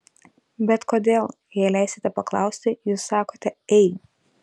bet kodėl jei leisite paklausti jūs sakote ei